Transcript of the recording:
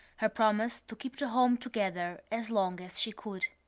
her promise to keep the home together as long as she could.